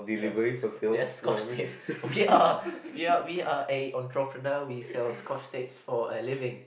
ya yes scotch tapes okay we we are an entrepreneur we sell scotch tapes for a living